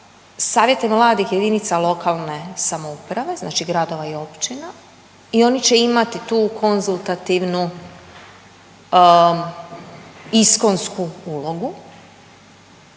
savjete mladih jedinica lokalne samouprave, znači gradova i općina i oni će imati tu konzultativnu iskonsku ulogu